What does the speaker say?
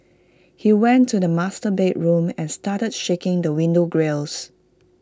he went to the master bedroom and started shaking the window grilles